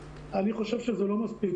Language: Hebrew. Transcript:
אני חושב שזה לא מספיק.